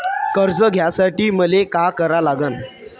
कर्ज घ्यासाठी मले का करा लागन?